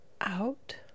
out